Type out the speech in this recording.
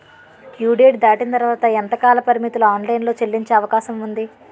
Due date దాటిన తర్వాత ఎంత కాలపరిమితిలో ఆన్ లైన్ లో చెల్లించే అవకాశం వుంది?